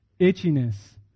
itchiness